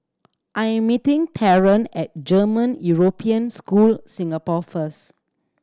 I am meeting Theron at German European School Singapore first